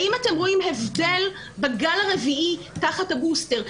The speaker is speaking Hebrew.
האם אתם רואים הבדל בגל הרביעי תחת הבוסטר?